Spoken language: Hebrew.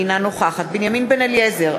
אינה נוכחת בנימין בן-אליעזר,